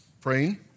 praying